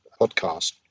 podcast